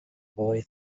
boy